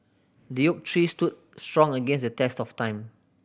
the oak tree stood strong against the test of time